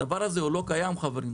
אבל הדבר הזה לא קיים, חברים.